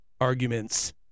arguments